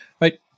right